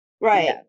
Right